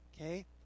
Okay